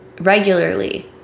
regularly